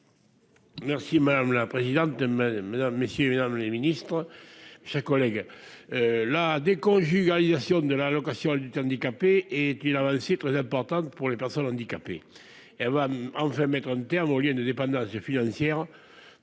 Merci madame la présidente, mesdames, messieurs et mesdames les ministres, chers collègues, la déconjugalisation de l'allocation adulte handicapé est une avancée très importante pour les personnes handicapées, elle va enfin mettre un terme au lieu de ne dépendance financière